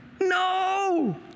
No